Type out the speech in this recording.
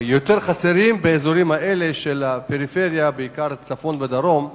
חסרים יותר באזור הפריפריה, בעיקר בצפון ובדרום.